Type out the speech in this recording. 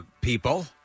people